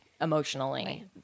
emotionally